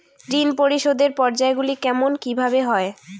ঋণ পরিশোধের পর্যায়গুলি কেমন কিভাবে হয়?